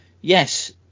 yes